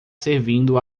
servindo